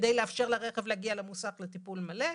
כדי לאפשר לרכב להגיע למוסך לטיפול מלא.